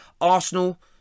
Arsenal